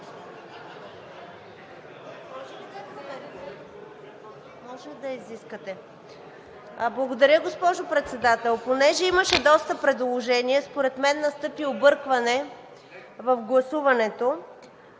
(ГЕРБ-СДС): Благодаря, госпожо Председател. Понеже имаше доста предложения, според мен настъпи объркване в гласуването.